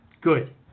Good